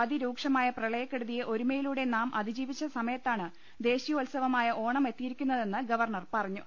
അതിരൂക്ഷമായ് പ്രളയക്കെടുതിയെ ഒരുമയിലൂടെ നാം അതിജീവിച്ച് സമയത്താണ് ദേശീയോത്സവമായ ഓണം എത്തിയിരിക്കുന്നതെന്ന് ഗവർണർ പറഞ്ഞു